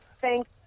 thanks